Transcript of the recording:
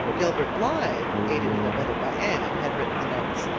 gilbert blythe, aided and abetted by anne, had written the notes,